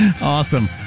Awesome